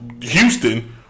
Houston